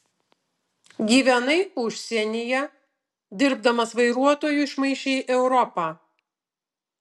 gyvenai užsienyje dirbdamas vairuotoju išmaišei europą